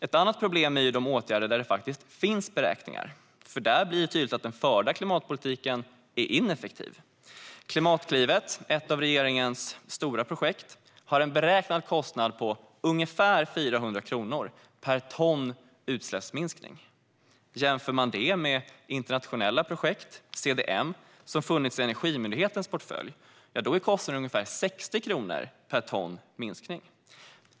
Ett annat problem är de åtgärder där det faktiskt finns beräkningar, för där blir det tydligt att den förda klimatpolitiken är ineffektiv. Klimatklivet, ett av regeringens stora projekt, har en beräknad kostnad på ungefär 400 kronor per ton utsläppsminskning. Det kan jämföras med internationella projekt, CDM, som funnits i Energimyndighetens portfölj, där kostnaden är ungefär 60 kronor per ton minskning.